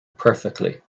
perfectly